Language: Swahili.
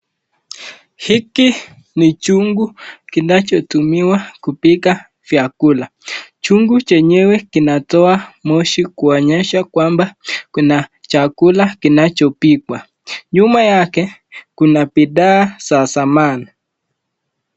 Hiki ni chungu kinachotumiwa kupika vyakula. Chungu chenyewe kinatoa moshi kuonyesha kwamba kuna chakula kinachopikwa. Nyuma yake kuna bidhaa za samani.